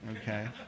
okay